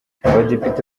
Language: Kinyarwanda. abadepite